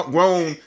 Grown